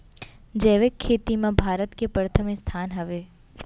जैविक खेती मा भारत के परथम स्थान हवे